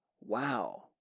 wow